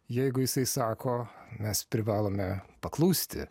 jeigu jisai sako mes privalome paklusti